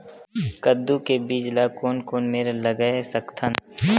कददू के बीज ला कोन कोन मेर लगय सकथन?